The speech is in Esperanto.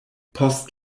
post